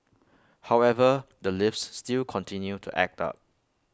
however the lifts still continue to act up